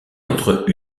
entre